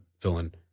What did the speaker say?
villain